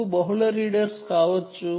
multiple readers కావచ్చు